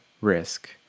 risk